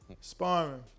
Sparring